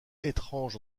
étrange